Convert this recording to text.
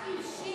ד"ש עם שיר,